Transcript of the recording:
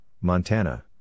Montana